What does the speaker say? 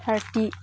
thirty